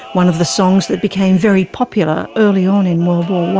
one of the songs that became very popular early on in